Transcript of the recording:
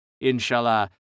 Inshallah